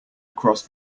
across